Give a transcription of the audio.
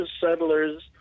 settlers